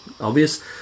obvious